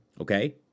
Okay